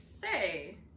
say